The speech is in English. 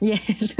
Yes